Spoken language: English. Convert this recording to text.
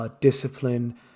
discipline